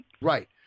Right